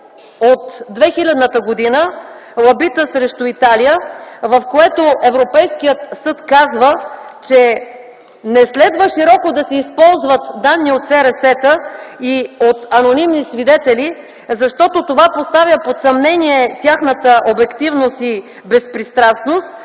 от 2000 г., „Лабита срещу Италия”, в което Европейският съд казва, че: „не следва широко да се използват данни от СРС-та и от анонимни свидетели, защото това поставя под съмнение тяхната обективност и безпристрастност